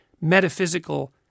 metaphysical